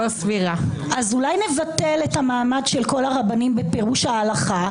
אז אולי נבטל את המעמד של כל הרבנים בפירוש ההלכה?